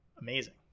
amazing